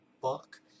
book